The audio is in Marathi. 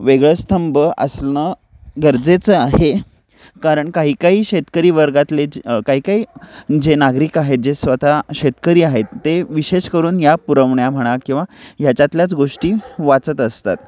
वेगळं स्तंभ असणं गरजेचं आहे कारण काही काही शेतकरी वर्गातले जे काही काही जे नागरिक आहेत जे स्वतः शेतकरी आहेत ते विशेष करून या पुरवण्या म्हणा किंवा ह्याच्यातल्याच गोष्टी वाचत असतात